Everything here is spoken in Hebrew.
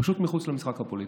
פשוט מחוץ למשחק הפוליטי.